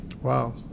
Wow